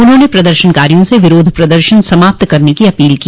उन्होंने प्रदर्शनकारियों से विरोध प्रदर्शन समाप्त करने की अपील की